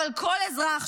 אבל כל אזרח,